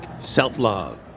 Self-love